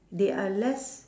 they are less